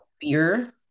fear